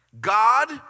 God